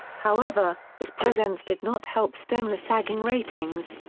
however, his presence did not help stem the sagging ratings,